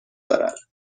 دارد